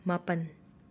ꯃꯥꯄꯟ